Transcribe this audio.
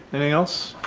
anything else?